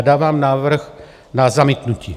Dávám návrh na zamítnutí.